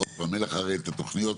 אין לך הרי את התוכניות.